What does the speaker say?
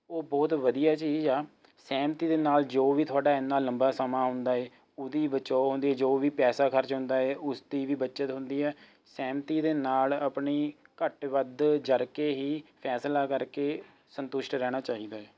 ਉਹ ਬਹੁਤ ਵਧੀਆ ਚੀਜ਼ ਆ ਸਹਿਮਤੀ ਦੇ ਨਾਲ ਜੋ ਵੀ ਤੁਹਾਡਾ ਇੰਨਾ ਲੰਬਾ ਸਮਾਂ ਆਉਂਦਾ ਹੈ ਉਹਦੀ ਬਚੋ ਹੁੰਦੀ ਹੈ ਜੋ ਵੀ ਪੈਸਾ ਖਰਚ ਹੰਦਾ ਹੈ ਉਸਦੀ ਵੀ ਬੱਚਤ ਹੁੰਦੀ ਹੈ ਸਹਿਮਤੀ ਦੇ ਨਾਲ ਆਪਣੀ ਘੱਟ ਵੱਧ ਜਰਕੇ ਹੀ ਫੈਸਲਾ ਕਰਕੇ ਸੰਤੁਸ਼ਟ ਰਹਿਣਾ ਚਾਹੀਦਾ ਹੈ